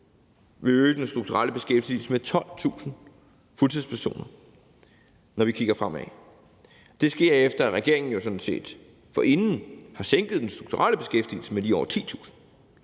vil øge den strukturelle beskæftigelse med 12.000 fuldtidspersoner, når vi kigger fremad. Det sker, efter at regeringen jo sådan set forinden har sænket den strukturelle beskæftigelse med lige over 10.000.